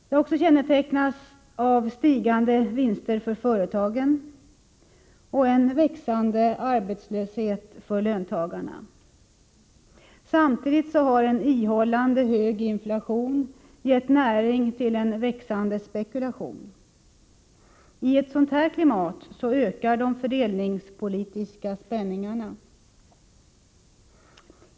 De har också kännetecknats av stigande vinster för företagen och en växande arbetslöshet för löntagarna. Samtidigt har en ihållande hög inflation gett näring till en växande spekulation. I ett sådant här klimat ökar de fördelningspolitiska spänningarna.